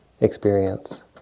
experience